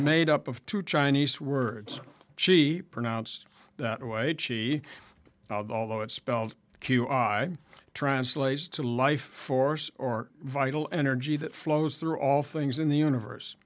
made up of two chinese words she pronounced that way she although it's spelled q i translates to life force or vital energy that flows through all things in the universe